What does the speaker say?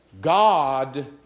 God